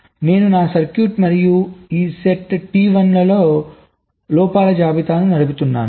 నేను నా సర్క్యూట్ మరియు ఈ సెట్ T1 తో లోపాల జాబితాను నడుపుతున్నాను